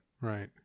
right